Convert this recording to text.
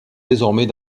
désormais